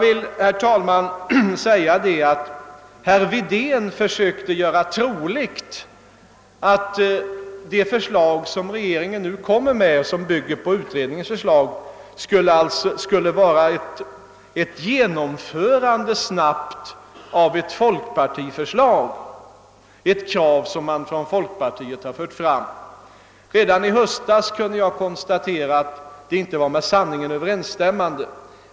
Herr Wedén försökte göra troligt att det förslag, som regeringen nu kommer att framlägga och som bygger på utredningens förslag, skulle innebära ett snabbt genomförande av ett krav som man fört fram från folkpartiet. Redan i höstas kunde jag konstatera att det inte var med sanningen överensstämmande.